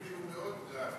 היא חושבת שהוא מאוד גרטה.